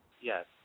Yes